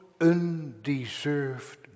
undeserved